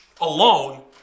alone